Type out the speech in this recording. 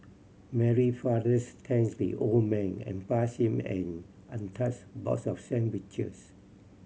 Mary fathers thanked the old man and passed him an untouched box of sandwiches